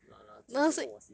nah lah 总共我 C